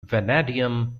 vanadium